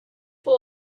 for